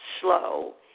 slow